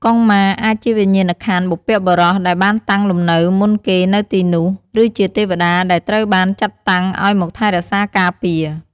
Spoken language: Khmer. កុងម៉ា អាចជាវិញ្ញាណក្ខន្ធបុព្វបុរសដែលបានតាំងលំនៅមុនគេនៅទីនោះ ឬជាទេវតាដែលត្រូវបានចាត់តាំងឲ្យមកថែរក្សាការពារ។